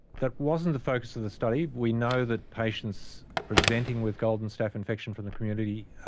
that wasn't the focus of the study. we know that patients presenting with golden staph infection from the community